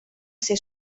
ser